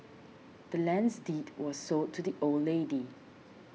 the land's deed was sold to the old lady